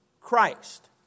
Christ